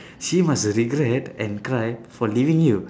she must regret and cry for leaving you